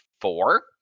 four